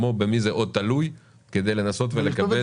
כמו במי זה עוד תלוי כדי לנסות לקבל את התשובות.